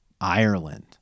Ireland